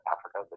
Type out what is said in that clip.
Africa